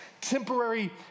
temporary